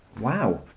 Wow